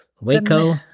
Waco